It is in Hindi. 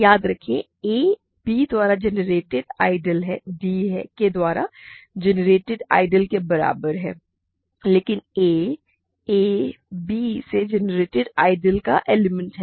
याद रखें कि a b द्वारा जनरेटेड आइडियल d के द्वारा जनरेटेड आइडियल के बराबर है लेकिन a a b से जनरेटेड आइडियल का एलिमेंट है